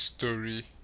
Story